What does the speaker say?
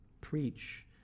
preach